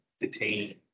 detain